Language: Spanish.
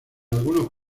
algunos